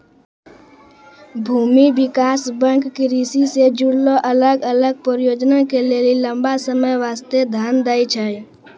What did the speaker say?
भूमि विकास बैंक कृषि से जुड़लो अलग अलग परियोजना के लेली लंबा समय बास्ते धन दै छै